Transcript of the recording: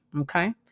Okay